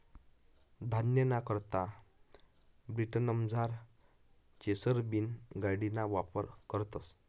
धान्यना करता ब्रिटनमझार चेसर बीन गाडिना वापर करतस